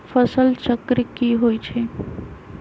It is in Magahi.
फसल चक्र की होइ छई?